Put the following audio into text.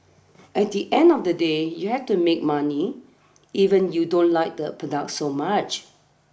at the end of the day you have to make money even you don't like the product so much